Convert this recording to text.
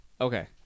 Okay